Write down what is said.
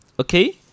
Okay